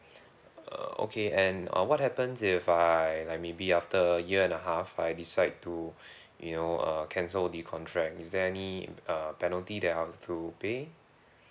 err okay and uh what happens if I like maybe after year and a half I decide to you know uh cancel the contract is there any uh penalty that I have to pay